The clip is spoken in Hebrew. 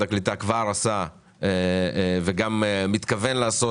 הקליטה כבר עשה וגם מתכוון לעשות.